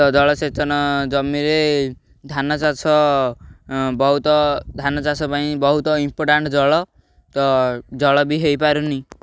ତ ଜଳସେଚନ ଜମିରେ ଧାନ ଚାଷ ବହୁତ ଧାନ ଚାଷ ପାଇଁ ବହୁତ ଇମ୍ପୋଟାଣ୍ଟ ଜଳ ତ ଜଳ ବି ହେଇପାରୁନି